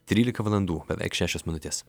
trylika valandų beveik šešios minutės